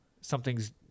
something's